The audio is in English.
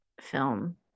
film